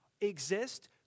exist